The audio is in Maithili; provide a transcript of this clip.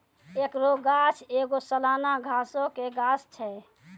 एकरो गाछ एगो सलाना घासो के गाछ छै